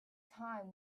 time